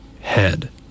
head